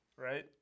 Right